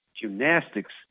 gymnastics